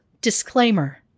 disclaimer